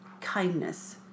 Kindness